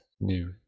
new